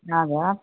हजुर